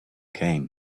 came